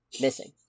Missing